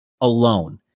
alone